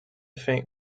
faint